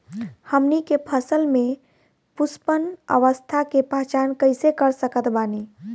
हमनी के फसल में पुष्पन अवस्था के पहचान कइसे कर सकत बानी?